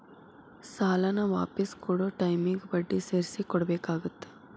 ಸಾಲಾನ ವಾಪಿಸ್ ಕೊಡೊ ಟೈಮಿಗಿ ಬಡ್ಡಿ ಸೇರ್ಸಿ ಕೊಡಬೇಕಾಗತ್ತಾ